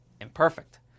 imperfect